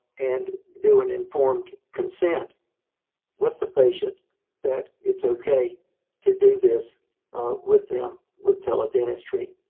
and do an informed consent with the patient that it's okay to do this with them, with tele-dentistry.